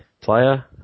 player